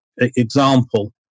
example